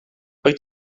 wyt